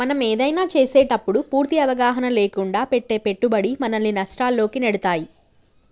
మనం ఏదైనా చేసేటప్పుడు పూర్తి అవగాహన లేకుండా పెట్టే పెట్టుబడి మనల్ని నష్టాల్లోకి నెడతాయి